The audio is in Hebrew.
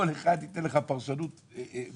כל אחד מהם ייתן פרשנות אחרת.